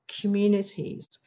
communities